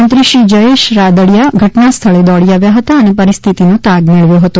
મંત્રી શ્રી જયેશ રાદડીયા ઘટનાસ્થળે દોડી આવ્યા હતા અને પરિસ્થિતિનો તાગ મેળવ્યો હતો